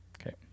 Okay